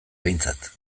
behintzat